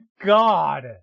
god